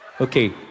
Okay